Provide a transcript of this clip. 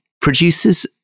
producers